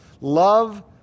Love